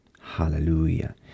Hallelujah